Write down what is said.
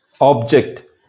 object